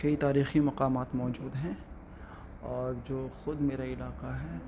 کئی تاریخی مقامات موجود ہیں اور جو خود میرا علاقہ ہے